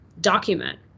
document